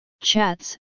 chats